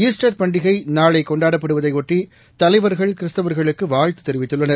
Easter பண்டிகைநாளைகொண்டாடப்படுவதையொட்டிதலைவர்கள் கிறிஸ்துவர்களுக்குவாழ்த்துதெரிவித்துள்ளனர்